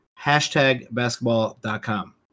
HashtagBasketball.com